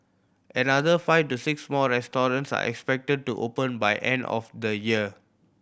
another five to six more restaurants are expected to open by end of the year